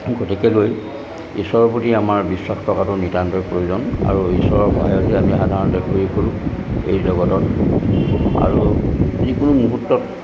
গতিকেলৈ ঈশ্বৰৰ প্ৰতি আমাৰ বিশ্বাস থকাটো নিতান্তই প্ৰয়োজন আৰু ঈশ্বৰৰ সহায়ত আমি সাধাৰণতে ঘূৰি ফুৰো এই জগতত আৰু যিকোনো মুহূৰ্তত